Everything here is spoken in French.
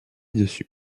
dessus